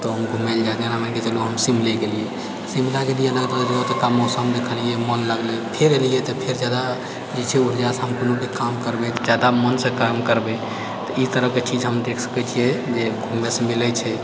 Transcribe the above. कतौ भी घुमै लए जेना मानिकऽ चलू हम शिमले गेलियै शिमला गेलियै तऽ ओतुका मौसम देखलियै घुमै लए मोन लागलै फेर एलियै फेर जादा जादा मोन सँ काम करबै तऽ जादा मोनसँ ई तरहके चीज हम देख सकै छियै जे घुमैसँ मिलै छै